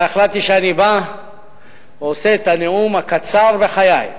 אבל החלטתי שאני בא ועושה את הנאום הקצר בחיי.